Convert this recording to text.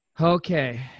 Okay